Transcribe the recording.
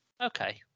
okay